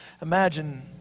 Imagine